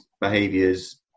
behaviors